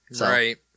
Right